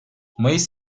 mayıs